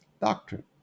doctrine